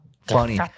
funny